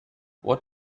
what